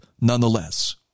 nonetheless